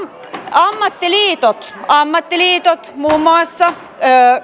ammattiliitot ammattiliitot muun muassa